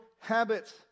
habits